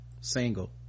single